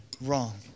wrong